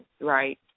Right